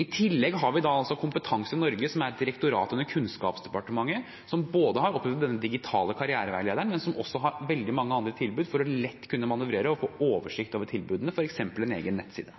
I tillegg har vi Kompetanse Norge, som er et direktorat under Kunnskapsdepartementet som har opprettet denne digitale karriereveilederen, men som også har veldig mange andre tilbud for lett å kunne manøvrere i og få oversikt over tilbudene, f.eks. en egen nettside.